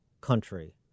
country